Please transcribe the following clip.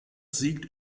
siegt